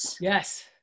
yes